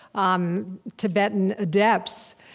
um tibetan adepts,